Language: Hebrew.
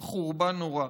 עם חורבן נורא,